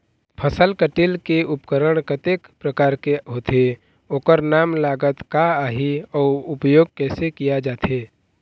फसल कटेल के उपकरण कतेक प्रकार के होथे ओकर नाम लागत का आही अउ उपयोग कैसे किया जाथे?